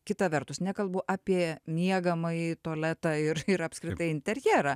kita vertus nekalbu apie miegamąjį tualetą ir ir apskritai interjerą